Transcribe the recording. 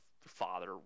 father